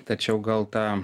tačiau gal ta